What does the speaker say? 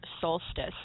solstice